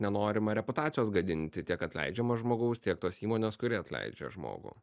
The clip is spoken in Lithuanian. nenorima reputacijos gadinti tiek atleidžiamo žmogaus tiek tos įmonės kuri atleidžia žmogų